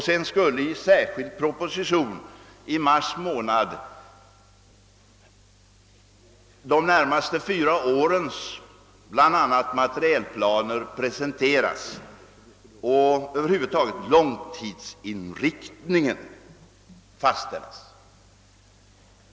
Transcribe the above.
Sedan skulle i en särskild proposition i mars månad bl.a. de närmaste fyra årens materielplaner presenteras och långtidsinriktningen över huvud taget fastställas.